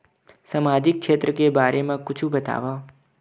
सामजिक क्षेत्र के बारे मा कुछु बतावव?